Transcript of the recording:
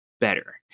better